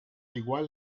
igual